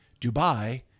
Dubai